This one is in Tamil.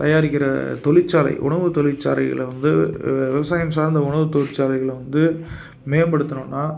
தயாரிக்கிற தொழிற்சாலை உணவு தொழிற்சாலைகள வந்து விவசாயம் சார்ந்த உணவு தொழிற்சாலைகள வந்து மேம்படுத்துனோம்னா